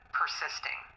persisting